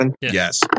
Yes